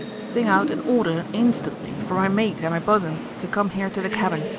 sing out an order instantly for my mate and my bos'n to come here to the cabin,